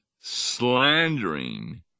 slandering